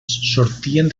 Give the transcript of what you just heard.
sortien